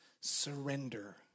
surrender